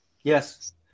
Yes